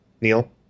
neil